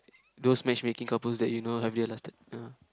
those matchmaking couples that you know have they lasted no